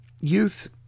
youth